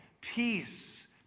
peace